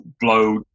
blow